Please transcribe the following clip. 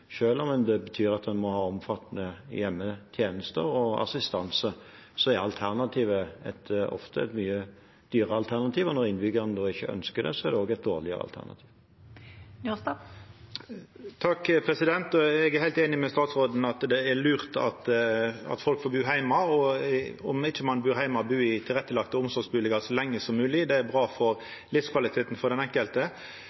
assistanse, er alternativet ofte mye dyrere, og når da innbyggerne ikke ønsker det, er det også et dårligere alternativ. Eg er heilt einig med statsråden i at det er lurt at folk får bu heime, og at om ein ikkje bur heime, bur ein i tilrettelagde omsorgsbustader så lenge som mogleg. Det er bra for